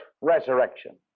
resurrection